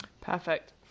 Perfect